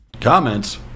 comments